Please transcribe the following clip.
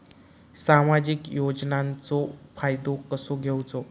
सामाजिक योजनांचो फायदो कसो घेवचो?